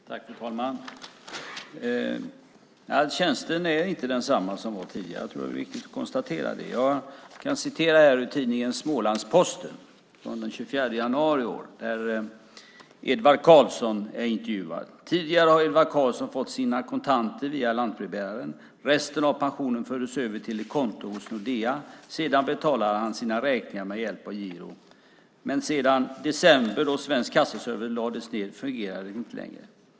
Fru talman! Tjänsten är inte densamma som tidigare. Jag tror att det är viktigt att konstatera det. Jag kan citera ur tidningen Smålandsposten den 24 januari i år där Edvard Karlsson är intervjuad: "Tidigare har Edvard Karlsson fått sina kontanter via lantbrevbäraren. Resten av pensionen fördes över till ett konto hos Nordea, sedan betalade han sina räkningar med hjälp av giro. Men sedan december, då Svensk kassaservice lades ned, fungerar inte det längre."